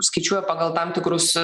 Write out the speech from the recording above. skaičiuoja pagal tam tikrus